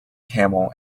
camel